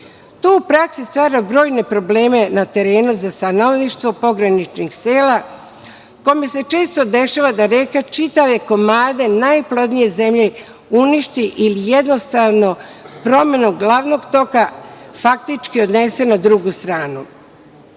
To u praksi stvara brojne probleme na terenu za stanovništvo pograničnih sela kome se često dešava da reka čitave komade najplodnije zemlje uništi ili jednostavno promenom glavnog toka faktički odnese na drugu stranu.